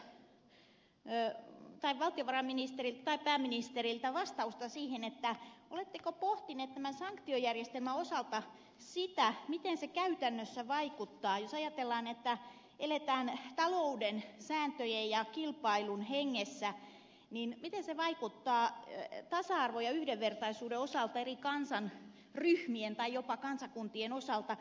haluan kysyä valtiovarainministeriltä tai pääministeriltä vastausta siihen oletteko pohtineet tämän sanktiojärjestelmän osalta sitä miten se käytännössä vaikuttaa jos ajatellaan että eletään talouden sääntöjen ja kilpailun hengessä tasa arvon ja yhdenvertaisuuden osalta eri kansanryhmien tai jopa kansakuntien osalta